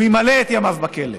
הוא ימלא את ימיו בכלא.